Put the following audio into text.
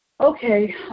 Okay